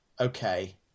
okay